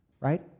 Right